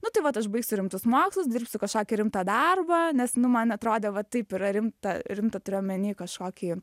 nu tai vat aš baigsiu rimtus mokslus dirbsiu kažkokį rimtą darbą nes nu man atrodė va taip yra rimta rimta turiu omeny kažkokį